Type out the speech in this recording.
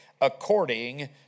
according